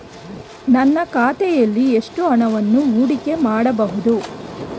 ನನ್ನ ಖಾತೆಯಲ್ಲಿ ಎಷ್ಟು ಹಣವನ್ನು ಹೂಡಿಕೆ ಮಾಡಬಹುದು?